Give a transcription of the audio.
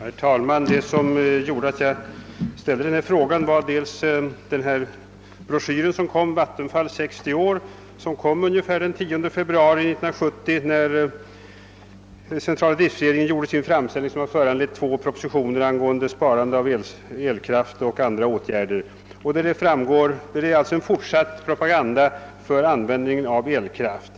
Herr talman! En av anledningarna till att jag ställde denna fråga var den broschyr, »Vattenfall 60 år», som kom ungefär den 10 februari när centrala driftledningen gjorde den framställning som har föranlett två propositioner angående sparande av elkraft och andra åtgärder. Broschyren utgör alltså en fortsatt propaganda för användningen av elkraft.